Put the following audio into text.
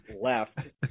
left